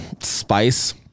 spice